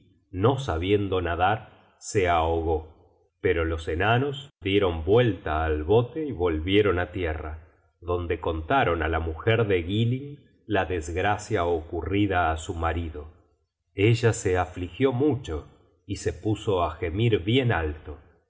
no sabiendo nadar se ahogó pero los enanos dieron vuel ta al bote y volvieron á tierra donde contaron á la mujer de giling la desgracia ocurrida á su marido ella se afligió mucho y se puso á gemir bien alto